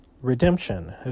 Redemption